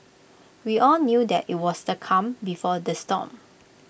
we all knew that IT was the calm before the storm